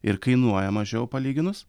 ir kainuoja mažiau palyginus